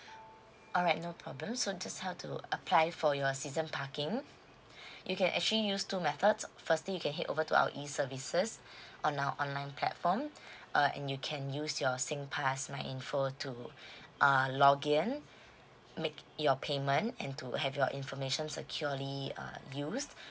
alright no problem so just how to apply for your season parking you can actually use two methods firstly you can head over to our e services on our online platform uh and you can use your sing pass my info to err login make your payment and to have your information securely err used